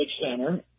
Center